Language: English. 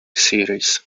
series